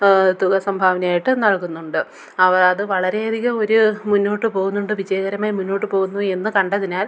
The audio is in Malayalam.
തുക സംഭാവനയായിട്ട് നൽകുന്നുണ്ട് അവ അത് വളരേയധികം ഒരു മുന്നോട്ട് പോവുന്നുണ്ട് വിജയകരമായി മുന്നോട്ട് പോവുന്നു എന്നു കണ്ടതിനാൽ